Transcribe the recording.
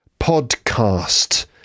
Podcast